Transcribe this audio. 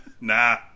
Nah